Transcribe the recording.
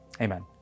amen